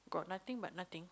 got nothing but nothing